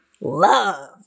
love